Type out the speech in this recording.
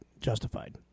justified